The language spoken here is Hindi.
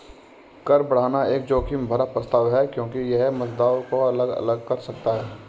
कर बढ़ाना एक जोखिम भरा प्रस्ताव है क्योंकि यह मतदाताओं को अलग अलग कर सकता है